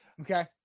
Okay